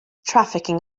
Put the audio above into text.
trafficking